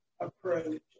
approach